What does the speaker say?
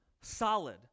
solid